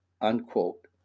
unquote